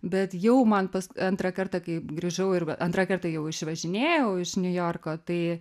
bet jau man pas antrą kartą kai grįžau ir va antrą kartą jau išvažinėjau iš niujorko tai